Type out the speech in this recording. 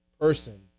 person